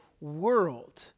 world